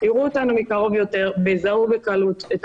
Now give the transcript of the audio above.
יראו אותנו מקרוב יותר ויזהו בקלות את